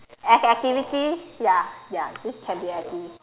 as activities ya ya this can be activity